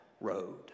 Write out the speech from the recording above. road